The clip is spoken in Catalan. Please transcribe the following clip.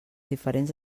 diferents